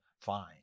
fine